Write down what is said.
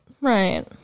Right